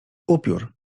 upiór